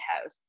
house